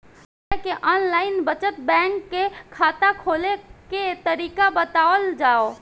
हमरा के online बचत बैंक खाता खोले के तरीका बतावल जाव?